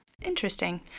Interesting